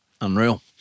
Unreal